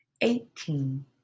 eighteen